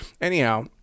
Anyhow